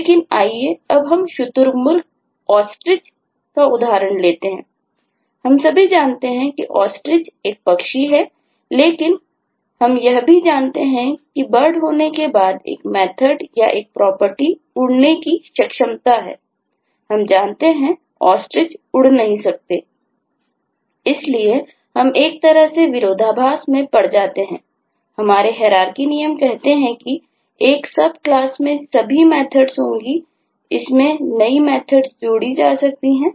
लेकिन आइए अब हम शुतुरमुर्ग ऑस्टरिच बदल सकती हैं